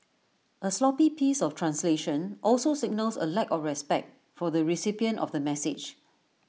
A sloppy piece of translation also signals A lack of respect for the recipient of the message